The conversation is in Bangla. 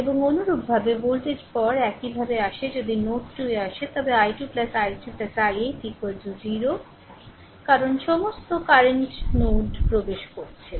এবং অনুরূপভাবে ভোল্টেজ পরে একইভাবে আসে যদি নোড 2 এ আসে তবে i 2 i3 8 0 কারণ সমস্ত কারেন্টনোডে প্রবেশ করছে